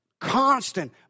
Constant